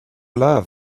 love